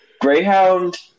greyhound